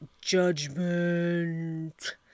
Judgment